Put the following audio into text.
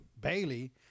Bailey